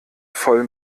voll